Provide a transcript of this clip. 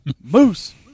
Moose